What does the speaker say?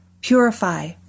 purify